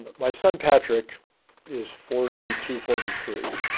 but my son patrick is forty two, forty three,